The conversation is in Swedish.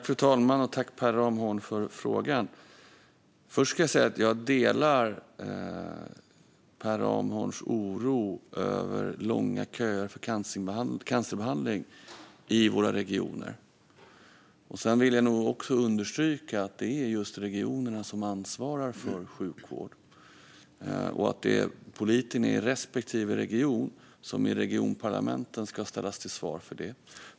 Fru talman! Tack, Per Ramhorn, för frågan! Först ska jag säga att jag delar Per Ramhorns oro över långa köer till cancerbehandling i våra regioner. Sedan vill jag understryka att det är just regionerna som ansvarar för sjukvård och att det är politiker i respektive region som i regionparlamenten ska ställas till svars för det.